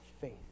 faith